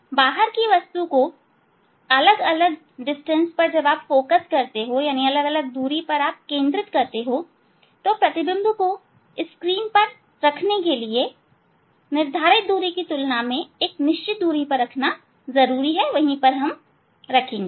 बाहर की वस्तु को अलग अलग दूरी पर केंद्रित करने के लिए प्रतिबिंब को स्क्रीन पर रखने के लिए निर्धारित दूरी की तुलना में एक निश्चित दूरी पर रखेंगे